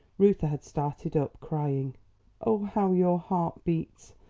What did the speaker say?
reuther had started up, crying oh, how your heart beats!